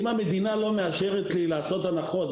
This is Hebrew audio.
אם המדינה לא מאשרת לי לעשות הנחות,